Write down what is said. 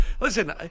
listen